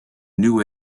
new